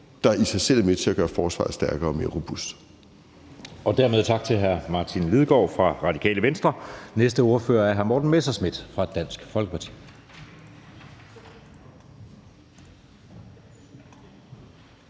der i sig selv er med til at gøre forsvaret stærkere og mere robust. Kl. 19:54 Anden næstformand (Jeppe Søe): Dermed tak til hr. Martin Lidegaard fra Radikale Venstre. Næste ordfører er hr. Morten Messerschmidt fra Dansk Folkeparti.